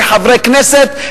כחברי כנסת,